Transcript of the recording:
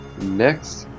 Next